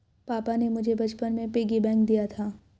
पापा ने मुझे बचपन में पिग्गी बैंक दिया था